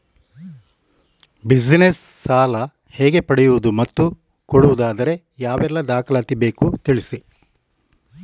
Business ಸಾಲ ಹೇಗೆ ಪಡೆಯುವುದು ಮತ್ತು ಕೊಡುವುದಾದರೆ ಯಾವೆಲ್ಲ ದಾಖಲಾತಿ ಬೇಕು ತಿಳಿಸಿ?